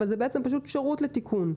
אבל בעצם זה פשוט שירות לתיקון.